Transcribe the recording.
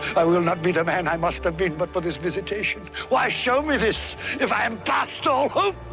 i will not be the man i must have been but for this visitation. why show me this if i am past all hope?